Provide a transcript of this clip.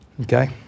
Okay